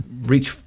reach